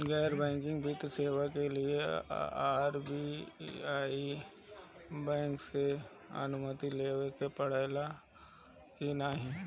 गैर बैंकिंग वित्तीय सेवाएं के लिए आर.बी.आई बैंक से अनुमती लेवे के पड़े ला की नाहीं?